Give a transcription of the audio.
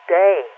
day